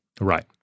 Right